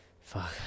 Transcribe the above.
Fuck